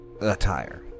attire